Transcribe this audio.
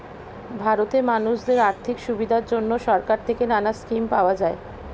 ভারতে মানুষদের আর্থিক সুবিধার জন্যে সরকার থেকে নানা স্কিম পাওয়া যায়